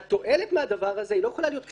שהתועלת מהדבר הזה לא יכולה להיות קטנה.